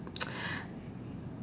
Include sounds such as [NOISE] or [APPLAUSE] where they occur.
[NOISE]